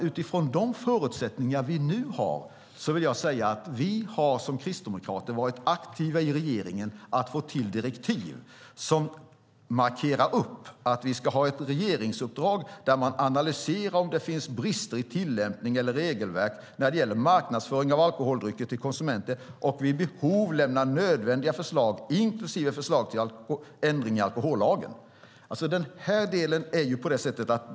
Utifrån de förutsättningar som vi har nu vill jag säga att vi som kristdemokrater har varit aktiva i regeringen för att få till direktiv som markerar att vi ska ha ett regeringsuppdrag där man analyserar om det finns brister i tillämpning eller regelverk när det gäller marknadsföring av alkoholdrycker till konsumenter och vid behov lämna nödvändiga förslag inklusive förslag till ändringar av alkohollagen.